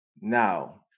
Now